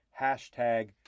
Hashtag